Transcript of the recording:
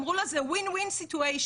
אמרו לה, זה win-win situation.